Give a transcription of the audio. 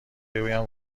بگویم